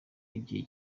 igihe